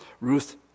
Ruth